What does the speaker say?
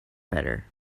better